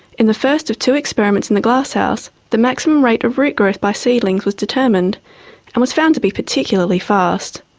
in the first of two experiments in the glasshouse, the maximum rate of root growth by seedlings was determined and was found to be particularly fast,